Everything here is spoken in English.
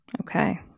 Okay